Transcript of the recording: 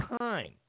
time